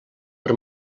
per